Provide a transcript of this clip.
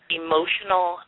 emotional